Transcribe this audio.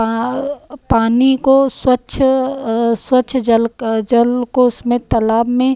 पानी को स्वच्छ स्वच्छ जल जल को उसमें तलाब में